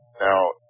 Now